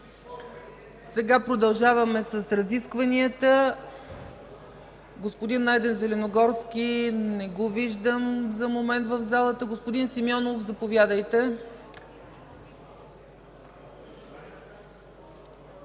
Сега продължаваме с разискванията. Господин Найден Зеленогорски не го виждам в залата. Господин Симеонов, заповядайте.